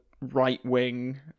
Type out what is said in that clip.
right-wing